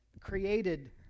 created